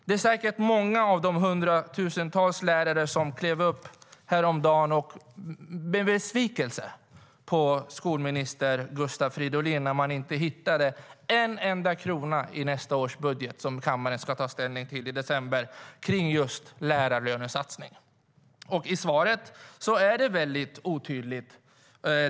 Det är säkert många av de hundratusentals lärare som klev upp häromdagen som blev besvikna på skolminister Gustav Fridolin när man inte hittade en enda krona till just lärarlönesatsningen i nästa års budget som kammaren ska ta ställning till i december. I svaret är det väldigt otydligt.